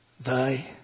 Thy